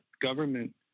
government